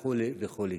וכו' וכו'.